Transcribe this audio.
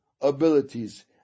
abilities